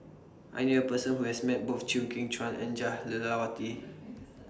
I knew A Person Who has Met Both Chew Kheng Chuan and Jah Lelawati